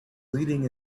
leading